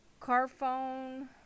Carphone